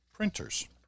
Printers